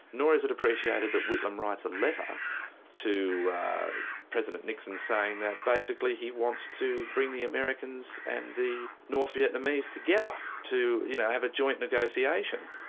nor is it appreciated that whitlam writes a letter to president nixon saying that basically he wants to bring the americans and the north vietnamese together to you know have a joint negotiation.